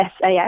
SAS